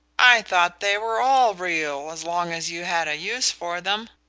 i thought they were all real as long as you had a use for them.